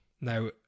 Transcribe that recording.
Now